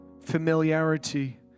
familiarity